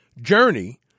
journey